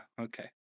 Okay